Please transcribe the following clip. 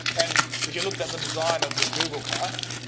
and if you looked at the design of the google car,